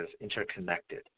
interconnected